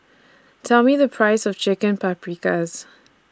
Tell Me The Price of Chicken Paprikas